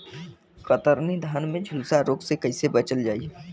कतरनी धान में झुलसा रोग से कइसे बचल जाई?